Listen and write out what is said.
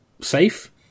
safe